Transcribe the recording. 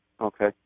Okay